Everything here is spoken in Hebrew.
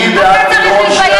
אתה צריך להתבייש,